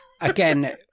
Again